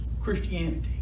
Christianity